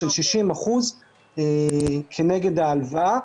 של 60% כנגד ההלוואה.